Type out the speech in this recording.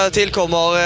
tillkommer